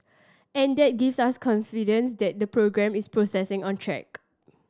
and that gives us confidence that the programme is processing on track